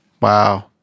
Wow